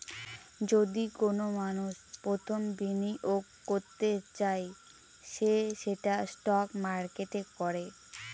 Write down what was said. যদি কোনো মানষ প্রথম বিনিয়োগ করতে চায় সে সেটা স্টক মার্কেটে করে